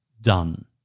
done